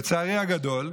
לצערי הגדול,